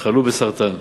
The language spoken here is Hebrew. חלו בסרטן.